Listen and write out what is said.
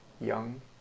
Young